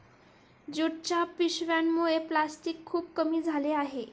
ज्यूटच्या पिशव्यांमुळे प्लॅस्टिक खूप कमी झाले आहे